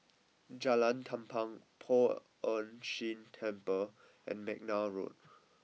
Jalan Tampang Poh Ern Shih Temple and McNair Road